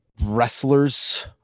wrestlers